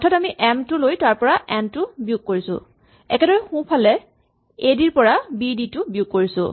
অৰ্থাৎ আমি এম টো লৈ তাৰপৰা এন টো বিয়োগ কৰিছো একেদৰেই সোঁফালে এ ডি ৰ পৰা বি ডি বিয়োগ কৰিছো